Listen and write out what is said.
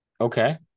Okay